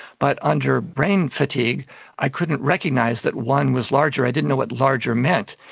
but under brain fatigue i couldn't recognise that one was larger, i didn't know what larger meant.